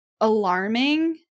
alarming